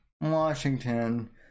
Washington